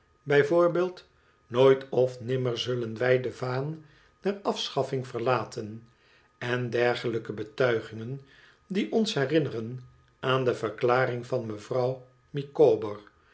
voorbeeld nooit of nimmer zullen wij de vaan der afschaffing verlaten en dergelijke betuigingen die ons herinneren aan de verklaring van mevrouw